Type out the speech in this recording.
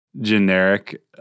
generic